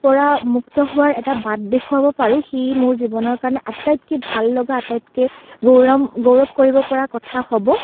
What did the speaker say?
পৰা মুক্ত হোৱাৰ এটা বাট দেখুৱাব পাৰোঁ সি মোৰ জীৱনৰ কাৰণে আটাইতকৈ ভাল লগা আটাইতকৈ গৌৰাম গৌৰৱ কৰিব পৰা কথা হ'ব